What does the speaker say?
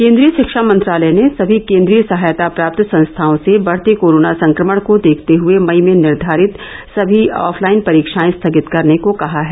केन्द्रीय शिक्षा मंत्रालय ने सभी केन्द्रीय सहायता प्राप्त संस्थाओं से बढ़ते कोरोना संक्रमण को देखते हुए मई में निर्घारित सभी ऑफलाइन परीक्षाएं स्थगित करने को कहा है